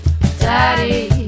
Daddy